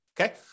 okay